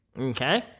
Okay